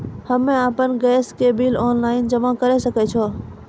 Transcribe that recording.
हम्मे आपन गैस के बिल ऑनलाइन जमा करै सकै छौ?